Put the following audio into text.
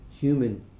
human